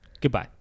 goodbye